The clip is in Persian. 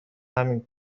همین